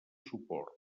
suport